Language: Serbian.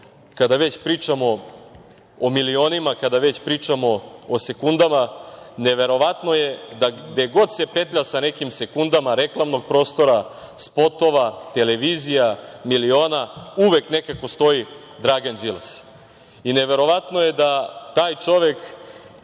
kada već pričamo o milionima, kada već pričamo o sekundama, neverovatno je gde god se petlja sa nekim sekundama reklamnog prostora, spotova, televizija, miliona, uvek nekako stoji Dragan Đilas. Neverovatno je da taj čovek